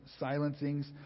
silencings